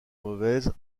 mauvaise